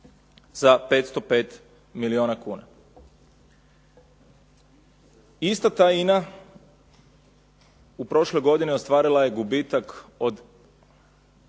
za 505 milijuna kuna. Ista ta INA u prošloj godini ostvarila je gubitak od